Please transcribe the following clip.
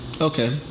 Okay